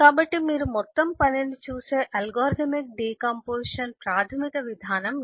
కాబట్టి మీరు మొత్తం పనిని చూసే అల్గోరిథమిక్ డికాంపొజిషన్ ప్రాథమిక విధానం ఇది